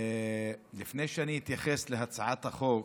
לפני שאני אתייחס להצעת החוק,